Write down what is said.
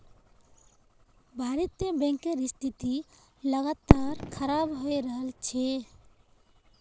भारतीय बैंकेर स्थिति लगातार खराब हये रहल छे